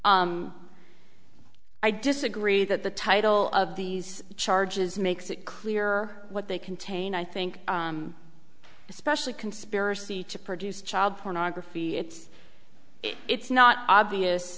i disagree that the title of these charges makes it clear what they contain i think especially conspiracy to produce child pornography it's it's not obvious